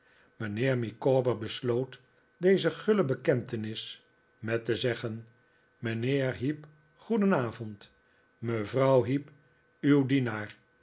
mijnheer micawber besloot deze guile bekentenis met te zeggen mijnheer heep goedenavond mevrouw heep uw dienaar